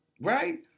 Right